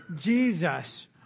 Jesus